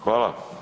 Hvala.